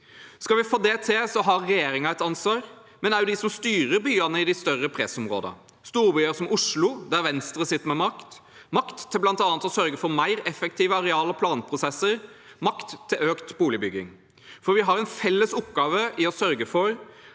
Skal vi få det til, har regjeringen et ansvar, men det har også de som styrer byene i de største pressområdene, storbyer som Oslo, der Venstre sitter med makt – makt til bl.a. å sørge for mer effektive arealog planprosesser og makt til økt boligbygging. Vi har en felles oppgave i å sørge for